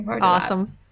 Awesome